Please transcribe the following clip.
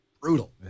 brutal